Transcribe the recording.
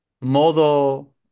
modo